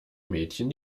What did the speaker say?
mädchen